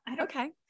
Okay